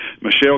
Michelle